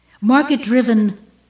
Market-driven